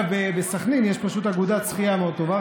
בסח'נין יש אגודת שחייה מאוד טובה,